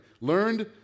Learned